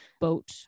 boat